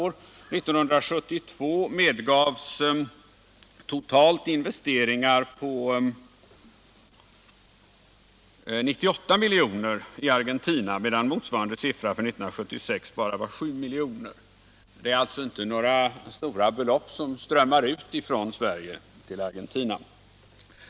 År 1972 medgavs totalt investeringar i Argentina på 98 milj.kr., medan motsvarande siffra för 1976 var bara 7 milj.kr. Det är alltså inte några stora belopp som strömmar ut från Sverige till Argentina.